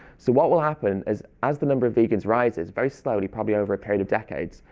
so what will happen is as the number of vegans rises very slowly, probably over a period of decades,